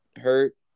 hurt